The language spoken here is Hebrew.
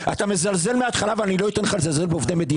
אתה מזלזל מהתחלה ואני לא אתן לך לזלזל בעובדי מדינה.